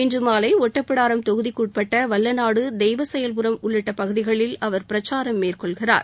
இன்று மாலை ஒட்டப்பிடாரம் தொகுதிக்குட்பட்ட வல்லநாடு தெய்வசெயல்புரம் உள்ளிட்ட பகுதிகளில் அவர் பிரச்சாரம் மேற்கொள்கிறார்